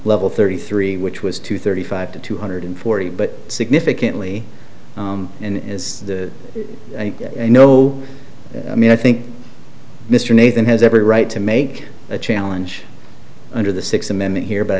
level thirty three which was two thirty five to two hundred forty but significantly and is no i mean i think mr nathan has every right to make a challenge under the sixth amendment here but i